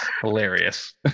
hilarious